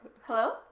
Hello